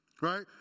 right